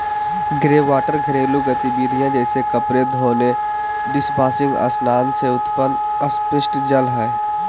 greywater घरेलू गतिविधिय जैसे कपड़े धोने, डिशवाशिंग स्नान से उत्पन्न अपशिष्ट जल हइ